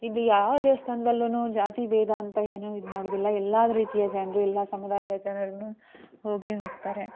ಇಲ್ಲಿ ಯಾವ ದೇವಸ್ಥಾನದಲ್ಲೂ ಜಾತಿಬೇಧ ಅಂತ ಏನೂ ಇದ್ಮಾಡೋದಿಲ್ಲ ಎಲ್ಲ ರೀತಿಯ ಜನರು ಎಲ್ಲ ಸಮುದಾಯದ ಜನರನ್ನು ಹೋಗಿಯೇ ಹೋಗ್ತಾರೆ